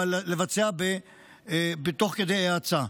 אבל לבצע תוך כדי האצה.